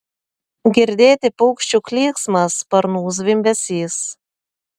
girdėti paukščių klyksmas sparnų zvimbesys